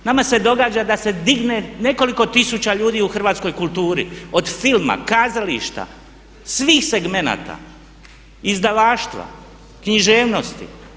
Nama se događa da se digne nekoliko tisuća ljudi u hrvatskoj kulturi, od filma, kazališta, svih segmenata, izdavaštva, književnosti.